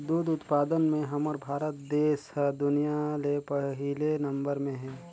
दूद उत्पादन में हमर भारत देस हर दुनिया ले पहिले नंबर में हे